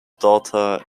daughter